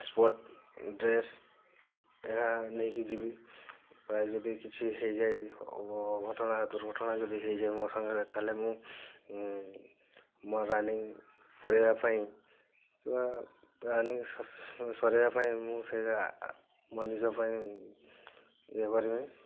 spot dress ଏହା ନେଇକି ଯିବି ପ୍ରାୟ ଯଦି କିଛି ହେଇଯାଏ ଅଘଟଣା ଦୁର୍ଘଟଣା ଯଦି ହେଇଯାଏ ମୋ ସାଙ୍ଗରେ ତାହେଲେ ମୁଁ ମୋର ରନିଙ୍ଗ୍ ପୁରେଇବା ପାଇଁ କିମ୍ବା ରନିଙ୍ଗ୍ ସରେଇବା ପାଇଁ ମୁଁ ସେଇଆ ମୋ ନିଜ ପାଇଁ ଇଏ କରିବି